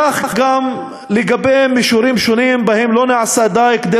כך גם לגבי מישורים שונים שבהם לא נעשה די כדי